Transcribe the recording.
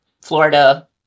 Florida